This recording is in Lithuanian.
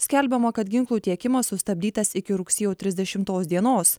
skelbiama kad ginklų tiekimas sustabdytas iki rugsėjo trisdešimtos dienos